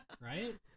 Right